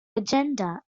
agenda